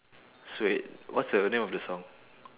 suede what's the name of the song